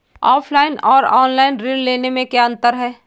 Offline और online ऋण लेने में क्या अंतर है?